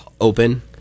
open